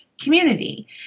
community